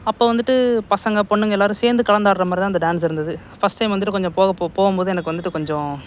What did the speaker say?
அப்போ வந்துட்டு பசங்கள் பொண்ணுங்க எல்லாேரும் சேர்ந்து கலந்து ஆடுற மாதிரி தான் அந்த டான்ஸ் இருந்தது ஃபர்ஸ்ட் டைம் வந்துட்டு கொஞ்சம் போக போகும் போது எனக்கு வந்துட்டு கொஞ்சம்